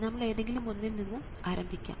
നമുക്ക് ഏതെങ്കിലും ഒന്നിൽ നിന്ന് ആരംഭിക്കാം